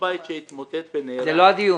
שהתמוטט --- זה לא הדיון.